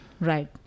Right